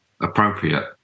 appropriate